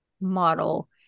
model